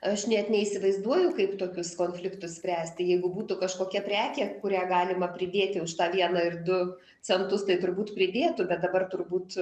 aš net neįsivaizduoju kaip tokius konfliktus spręsti jeigu būtų kažkokia prekė kurią galima pridėti už tą vieną ir du centus tai turbūt pridėtų bet dabar turbūt